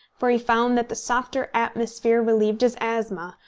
for he found that the softer atmosphere relieved his asthma,